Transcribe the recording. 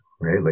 right